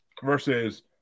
Versus